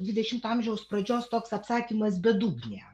dvidešimto amžiaus pradžios toks apsakymas bedugnė